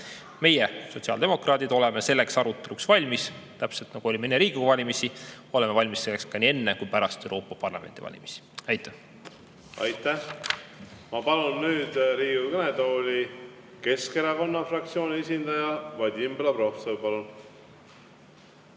Meie, sotsiaaldemokraadid, oleme selleks aruteluks valmis. Täpselt nagu olime enne Riigikogu valimisi, oleme valmis selleks nii enne kui ka pärast Euroopa Parlamendi valimisi. Aitäh! Aitäh! Ma palun nüüd Riigikogu kõnetooli Keskerakonna fraktsiooni esindaja Vadim Belobrovtsevi.